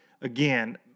Again